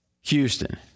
Houston